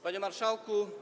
Panie Marszałku!